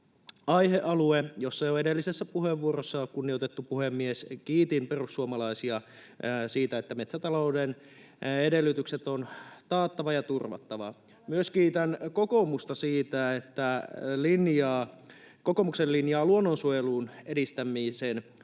aihealueeseen. Jo edellisessä puheenvuorossa, kunnioitettu puhemies, kiitin perussuomalaisia siitä, että metsätalouden edellytykset on taattava ja turvattava. Kiitän myös kokoomuksen linjaa luonnonsuojelun edistämisen